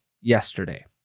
yesterday